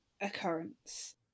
occurrence